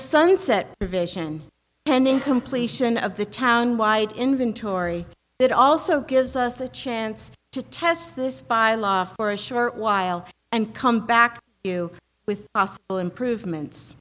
sunset provision and in completion of the town wide inventory that also gives us a chance to test this by law for a short while and come back to you with possible improvements